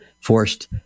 forced